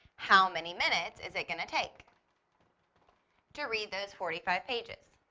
how many minutes is it going to take to read those forty-five pages.